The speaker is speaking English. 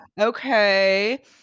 okay